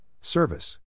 Service